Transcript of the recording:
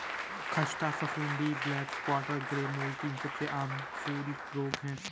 ख़स्ता फफूंदी, black spot और ग्रे मोल्ड तीन सबसे आम फूल रोग हैं